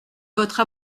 votre